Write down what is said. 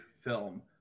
film